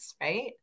right